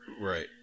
Right